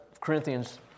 Corinthians